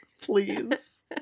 Please